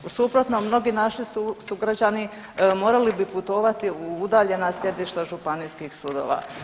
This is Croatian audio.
U suprotnom, mnogi naši sugrađani morali bi putovati u udaljena sjedišta županijskih sudova.